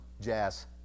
jazz